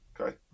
Okay